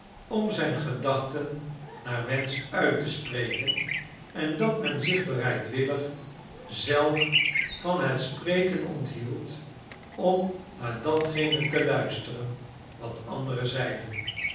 om zijn gedachten naar wensch uit te spreken en dat men zich bereidwillig zelf van het spreken onthield om naar datgene te luisteren wat de anderen zeiden